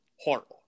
horrible